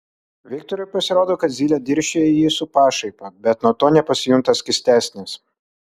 viktorui pasirodo kad zylė dirsčioja į jį su pašaipa bet nuo to nepasijunta skystesnis